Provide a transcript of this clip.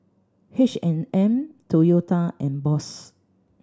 H and M Toyota and Bose